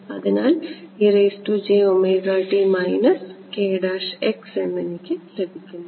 അതിനാൽ എന്നെനിക്ക് ലഭിക്കുന്നു